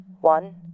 One